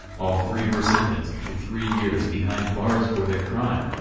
all three were sentenced to three years behind bars for their crime.